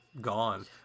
gone